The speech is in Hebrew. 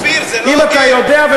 אופיר, זה לא הוגן.